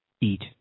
eat